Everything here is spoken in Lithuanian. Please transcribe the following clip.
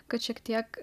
kad šiek tiek